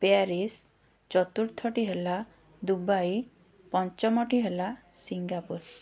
Paris ଚତୁର୍ଥଟି ହେଲା Dubai ପଞ୍ଚମଟି ହେଲା ସିଙ୍ଗାପୁର